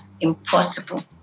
impossible